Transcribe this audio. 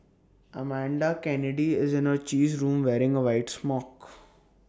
Amanda Kennedy is in her cheese room wearing A white smock